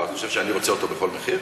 את חושבת שאני רוצה אותו בכל מחיר?